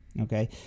Okay